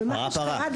פרה-פרה.